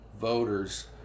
voters